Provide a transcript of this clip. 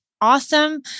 Awesome